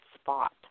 spot